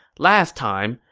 last time,